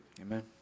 amen